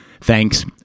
Thanks